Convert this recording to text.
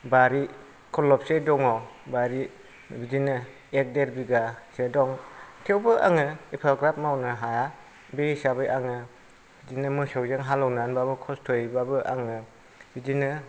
बारि खलबसे दङ बारि बिदिनो एक देर बिगासो दं थेवबो आङो एफाग्राब मावनो हाया बे हिसाबै आङो बिदिनो मोसौजों हालेवनानैबाबो कस्त'यैबाबो बिदिनो